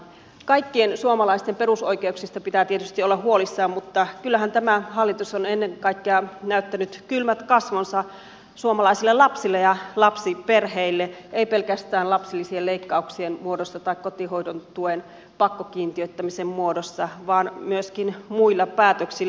kaikkien suomalaisten perusoikeuksista pitää tietysti olla huolissaan mutta kyllähän tämä hallitus on ennen kaikkea näyttänyt kylmät kasvonsa suomalaisille lapsille ja lapsiperheille ei pelkästään lapsilisien leikkauksien muodossa tai kotihoidon tuen pakkokiintiöittämisen muodossa vaan myöskin muilla päätöksillä